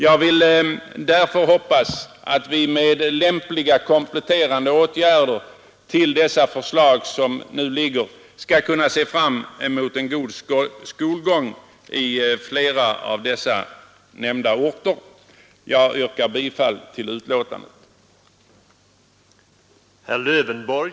Jag hoppas nu att vi med lämpliga kompletterande åtgärder till de förslag som föreligger skall kunna se fram emot en god skolgång i flera av dessa orter. Jag yrkar bifall till utskottets hemställan.